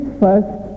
first